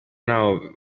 ntaho